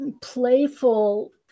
playful